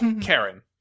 Karen